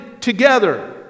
together